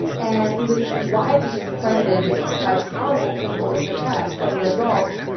and he was widely discredited by powerful people in the press as a result.